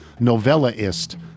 novellaist